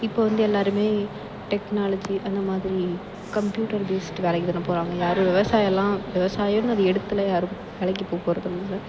இப்போ வந்து எல்லாருமே டெக்னாலஜி அந்த மாதிரி கம்பியூட்டர் பேஸ்டு வேலைக்கு தானே போகிறாங்க யாரும் விவசாயலாம் விவசாயன்னு அது எடுக்கலை யாரும் வேலைக்கு போ போறதில்லை